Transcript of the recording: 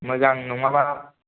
मोजां नङाबा साइकेला